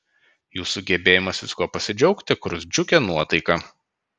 jūsų gebėjimas viskuo pasidžiaugti kurs džiugią nuotaiką